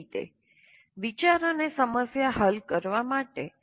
એ જ રીતે વિચાર અને સમસ્યા હલ કરવા માટે